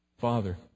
Father